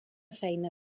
feina